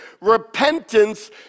Repentance